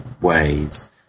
ways